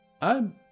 I'm